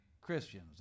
Christians